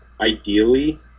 ideally